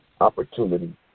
opportunity